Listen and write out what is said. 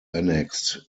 annexed